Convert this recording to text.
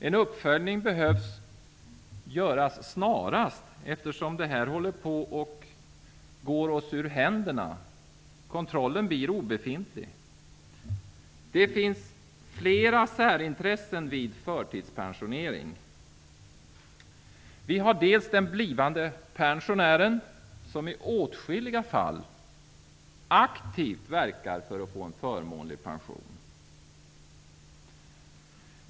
En uppföljning behövs göras snarast, eftersom detta håller på att gå oss ur händerna. Kontrollen blir obefintlig. Det finns flera särintressen vid förtidspensionering. Vi har den blivande pensionären, som i åtskilliga fall aktivt verkar för att få en förmånlig pension.